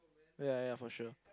ya ya for sure